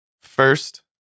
First